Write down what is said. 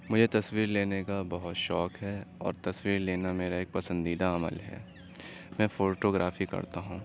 مجھے تصویر لینے کا بہت شوق ہے اور تصویر لینا میرا ایک پسندیدہ عمل ہے میں فوٹوگرافی کرتا ہوں